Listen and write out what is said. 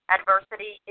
Adversity